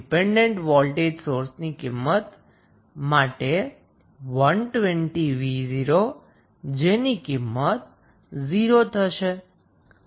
dependent voltage સોર્સની કિંમત માટે 120𝑣0 ની કિંમત 0 હશે